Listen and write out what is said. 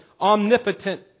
omnipotent